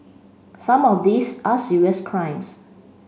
some of these are serious crimes